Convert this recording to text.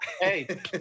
Hey